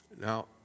Now